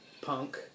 punk